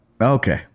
okay